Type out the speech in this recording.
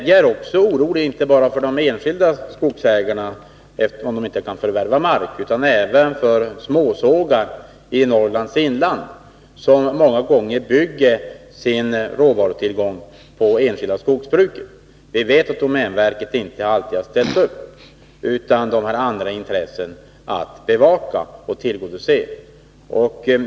Jag är orolig inte bara för de enskilda skogsägarna, för att de inte kan förvärva mark, utan även för småsågar i Norrlands inland, som många gånger bygger sin verksamhet på råvara från det enskilda skogsbruket. Vi vet att domänverket inte alltid har ställt upp — det har andra intressen att bevaka och tillgodose.